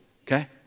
Okay